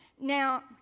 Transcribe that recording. Now